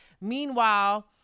Meanwhile